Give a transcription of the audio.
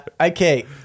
okay